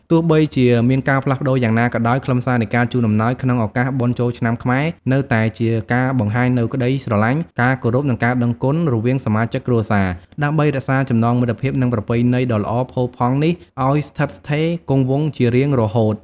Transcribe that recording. ទោះបីជាមានការផ្លាស់ប្តូរយ៉ាងណាក៏ដោយ ខ្លឹមសារនៃការជូនអំណោយក្នុងឱកាសបុណ្យចូលឆ្នាំខ្មែរនៅតែជាការបង្ហាញនូវក្តីស្រឡាញ់ ការគោរព និងការដឹងគុណរវាងសមាជិកគ្រួសារ ដើម្បីរក្សាចំណងមិត្តភាព និងប្រពៃណីដ៏ល្អផូរផង់នេះឱ្យស្ថិតស្ថេរគង់វង្សជារៀងរហូត។